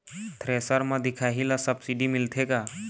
Thresher म दिखाही ला सब्सिडी मिलथे का?